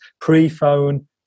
pre-phone